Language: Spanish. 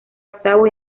octavio